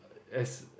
err as